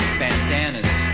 bandanas